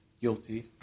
guilty